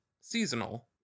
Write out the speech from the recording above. Seasonal